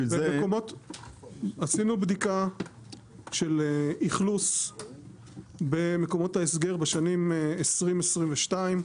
עשינו בדיקה של אכלוס במקומות ההסגר בשנים 2022,